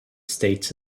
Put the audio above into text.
states